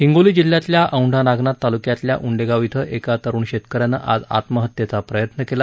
हिंगोली जिल्ह्यातल्या औंढा नागनाथ तालुक्यातल्या उंडेगाव शिं एका तरुण शेतकऱ्यानं आज आत्महत्येचा प्रयत्न केला